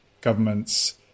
governments